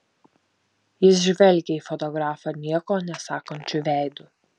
jis žvelgė į fotografą nieko nesakančiu veidu